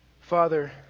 Father